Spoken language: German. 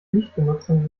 nichtbenutzung